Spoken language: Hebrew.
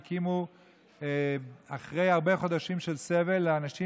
שהקימו אחרי הרבה חודשים של סבל לאנשים,